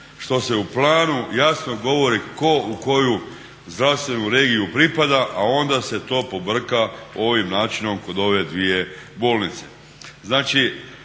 što se u planu jasno govori tko u koju zdravstvenu regiju pripada, a onda se to pobrka ovim načinom kod ove dvije bolnice.